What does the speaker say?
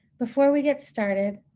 before we get started,